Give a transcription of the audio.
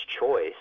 choice